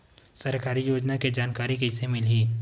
सरकारी योजना के जानकारी कइसे मिलही?